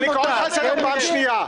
אני קורא אותך לסדר בפעם השנייה.